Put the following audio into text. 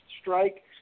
strike